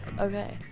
Okay